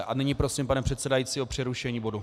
A nyní prosím pana předsedajícího o přerušení bodu.